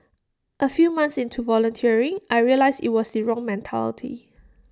A few months into volunteering I realised IT was the wrong mentality